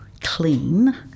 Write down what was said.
clean